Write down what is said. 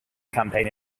campaign